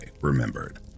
remembered